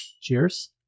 Cheers